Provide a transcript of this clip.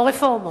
או רפורמות.